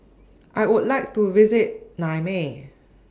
I Would like to visit Niamey